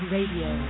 Radio